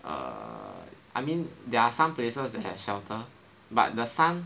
err I mean there are some places that have shelter but the sun